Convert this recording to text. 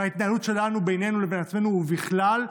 בהתנהלות שלנו בינינו לבין עצמנו ובכלל,